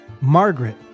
Margaret